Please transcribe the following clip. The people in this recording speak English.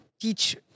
teach